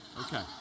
Okay